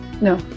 No